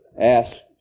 asked